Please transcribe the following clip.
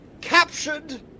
captured